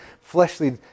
fleshly